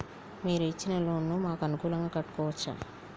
మీరు ఇచ్చిన లోన్ ను మాకు అనుకూలంగా కట్టుకోవచ్చా?